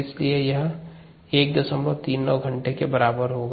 इसलिए यह 139 घंटे के बराबर होगा